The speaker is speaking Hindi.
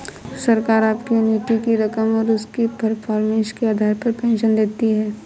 सरकार आपकी एन्युटी की रकम और उसकी परफॉर्मेंस के आधार पर पेंशन देती है